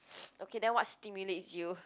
okay then what stimulates you